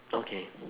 okay